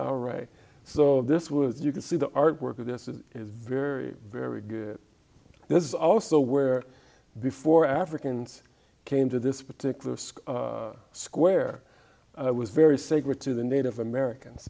all right so this was you can see the artwork of this is very very good this is also where before africans came to this particular square i was very sacred to the native americans